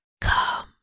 Come